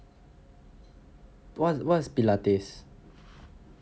what's what's pilates